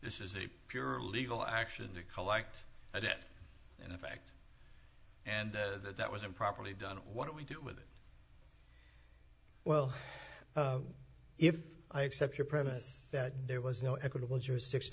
this is a pure legal action to collect a debt in effect and that was improperly done what do we do with it well if i accept your premise that there was no equitable jurisdiction